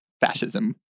fascism